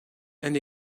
and